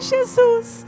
Jesus